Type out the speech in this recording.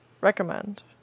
recommend